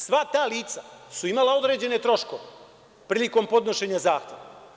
Sva ta lica su imala određene troškove prilikom podnošenja zahteva.